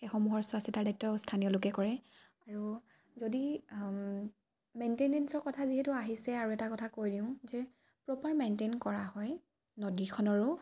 সেইসমূহৰ চোৱা চিতাৰ দায়িত্ব স্থানীয়লোকে কৰে আৰু যদি মেইনটেনেন্সৰ কথা যিহেতু আহিছে আৰু এটা কথা কৈ দিওঁ যে প্ৰপাৰ মেইনটেইন কৰা হয় নদীখনৰো